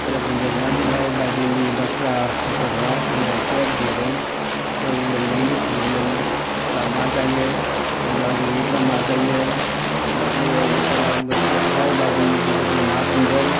बुजायहैनानैहाय बाइबेलनि बाथ्राफोरखौहाय आङो एसे बुंदों जौ लोङोब्ला मा जायो जुवा गेलेयोब्ला मा जायो इसोरा नोंसोरखौहाय बाइबेलनि जुगिदि मा बुंदों